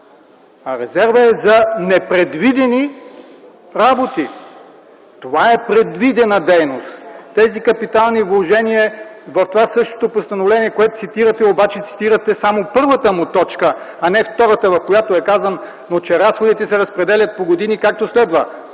а резервът е за непредвидени работи. Това е предвидена дейност - тези капитални вложения. В същото постановление, което цитирате, обаче цитирате само първата му точка, а не втората, в която е казано, че разходите се разпределят по години, както следва: